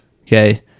Okay